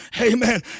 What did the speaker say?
amen